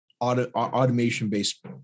automation-based